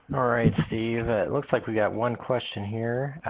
all right steve ah it looks like we got one question here.